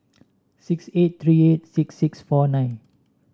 six eight three eight six six four nine